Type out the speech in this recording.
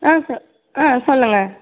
ஆ சொ ஆ சொல்லுங்கள்